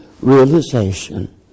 realization